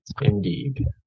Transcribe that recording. Indeed